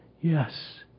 yes